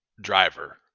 driver